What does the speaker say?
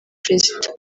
perezida